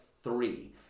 three